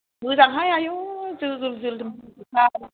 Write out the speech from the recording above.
मोजांहाय आयु जोलदोम जोलदोम गुफुरथार